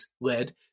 led